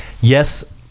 Yes